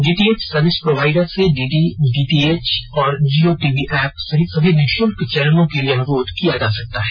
DTH service provider से DD DTH और Jio TV app सहित सभी निःशुल्क चैनलों के लिए अनुरोध किया जा सकता है